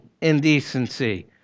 indecency